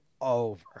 over